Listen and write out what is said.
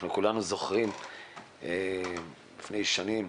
כולנו זוכרים לפני שנים